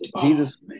Jesus